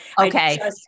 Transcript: Okay